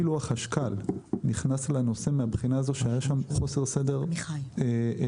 ואפילו החשכ"ל נכנס לנושא מבחינה זו שהיה שם חוסר סדר משמעותי.